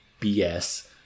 BS